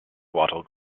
wattle